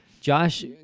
Josh